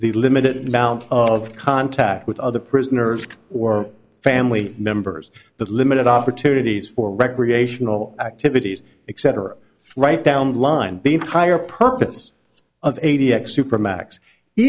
the limited amount of contact with other prisoners or family members but limited opportunities for recreational activities etc right down the line the entire purpose of eighty x supermax